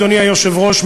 אדוני היושב-ראש,